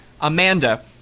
Amanda